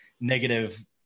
negative